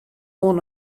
oan